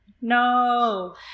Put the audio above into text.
No